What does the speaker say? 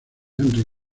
henry